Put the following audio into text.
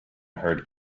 herd